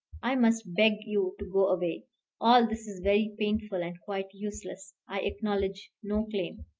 i must beg you to go away. all this is very painful and quite useless. i acknowledge no claim.